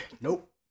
Nope